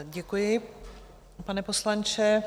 Děkuji, pane poslanče.